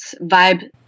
vibe